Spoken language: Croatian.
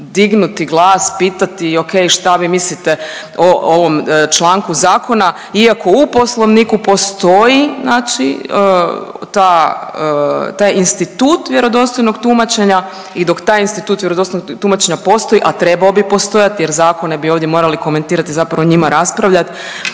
dignuti glas i pitati okej šta vi mislite o ovom članku zakona iako u poslovniku postoji znači ta, taj institut vjerodostojnog tumačenja i dok taj institut vjerodostojnog tumačenja postoji, a trebao bi postojati jer zakon ne bi ovdje morali komentirati i zapravo o njime raspravljati,